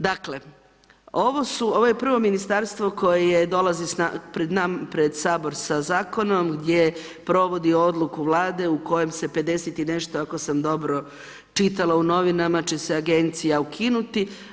Dakle ovo su ovo je prvo ministarstvo koje dolazi pred sabor sa zakonom, gdje provodi odluku vlade, u kojem se 50 i nešto, ako sam dobro čitala u novinama, će se agencija ukinuti.